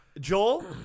Joel